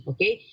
Okay